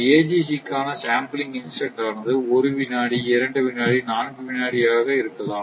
AGC க்கான sampling instant ஆனது ஒரு வினாடி இரண்டு வினாடி நான்கு வினாடி ஆக இருக்கலாம்